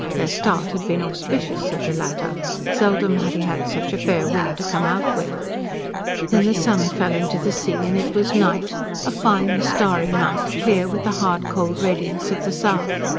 their start had been auspicious, said the latter seldom had he had such a fair wind to come out with. then the sun fell into the sea and it was night a fine, starry night, clear with the hard, cold radiance of the south.